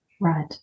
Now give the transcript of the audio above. Right